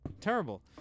Terrible